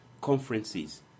conferences